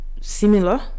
Similar